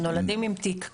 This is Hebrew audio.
הם נולדים כבר עם תיק.